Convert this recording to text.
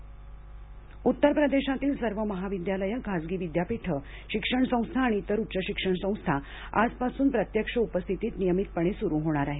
उप्र महाविद्यालये उत्तर प्रदेशातील सर्व महाविद्यालये खासगी विद्यापीठे शिक्षण संस्था आणि इतर उच्चशिक्षण संस्था आजपासून प्रत्यक्ष उपस्थितीत नियमितपणे सुरू होणार आहेत